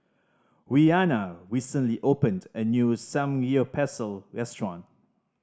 Rhianna recently opened a new Samgyeopsal restaurant